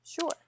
Sure